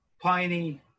piney